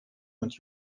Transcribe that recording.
und